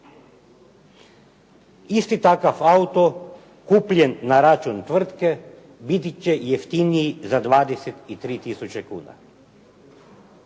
Isti takav auto kupljen na račun tvrtke biti će jeftiniji za 23 tisuće kuna.